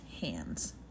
hands